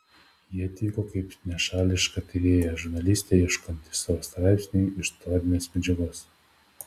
ji atvyko kaip nešališka tyrėja žurnalistė ieškanti savo straipsniui istorinės medžiagos